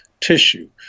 tissue